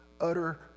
utter